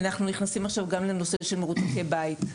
אנחנו נכנסים עכשיו גם אל הנושא של מרותקי בית,